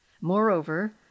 Moreover